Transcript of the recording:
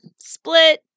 split